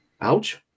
ouch